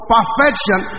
Perfection